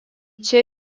čia